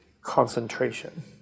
concentration